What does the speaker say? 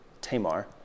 Tamar